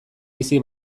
bizi